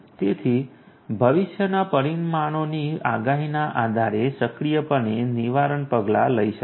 તેથી ભવિષ્યના પરિણામોની આગાહીના આધારે સક્રિયપણે નિવારક પગલાં લઈ શકે છે